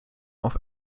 auf